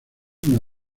una